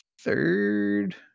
third